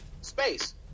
space